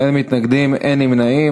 אין מתנגדים, אין נמנעים.